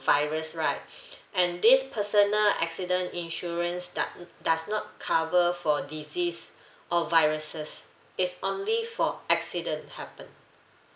virus right and this personal accident insurance does does not cover for disease or viruses it's only for accident happened